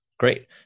Great